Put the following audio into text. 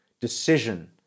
decision